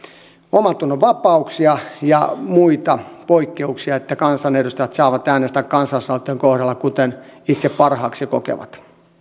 omantunnonvapauksia ja muita poikkeuksia että kansanedustajat saavat äänestää kansalaisaloitteen kohdalla kuten itse parhaaksi kokevat